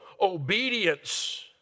obedience